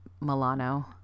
Milano